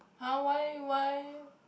[huh] why why